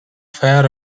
fair